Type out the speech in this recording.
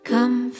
Come